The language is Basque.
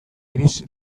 irits